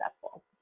successful